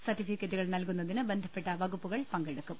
സർടിഫിക്കറ്റുകൾ നൽകുന്നതിന് ബന്ധപ്പെട്ട വകുപ്പൂകൾ പങ്കെടുക്കും